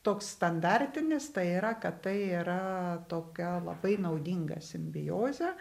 toks standartinis tai yra kad tai yra tokia labai naudinga simbiozė